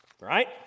Right